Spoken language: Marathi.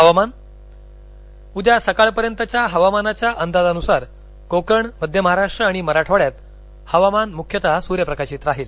हवामान उद्या सकाळपर्यंतच्या हवामानाच्या अंदाजानुसार कोकण मध्य महाराष्ट्र आणि मराठवाङ्यात हवामान मुख्यतः सूर्यप्रकाशित राहील